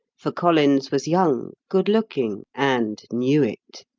for collins was young, good-looking, and knew it.